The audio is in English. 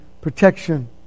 protection